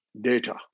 data